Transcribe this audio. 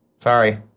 sorry